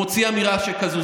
מוציא אמירה כזאת.